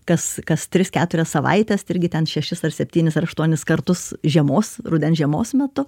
kas kas tris keturias savaites irgi ten šešis ar septynis ar aštuonis kartus žiemos rudens žiemos metu